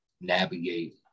navigate